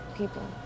people